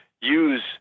use